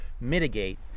mitigate